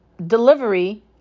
Delivery